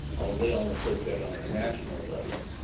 although they almost looked at on a national level.